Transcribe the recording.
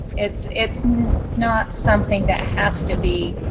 it's it's not something that has to be,